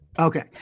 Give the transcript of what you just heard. Okay